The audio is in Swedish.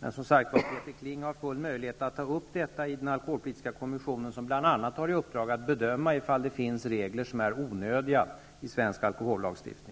Men, som sagt, Peter Kling har möjlighet att ta upp detta i den alkoholpolitiska kommissionen, som bl.a. har i uppdrag att bedöma om det finns regler som är onödiga i svensk alkohollagstiftning.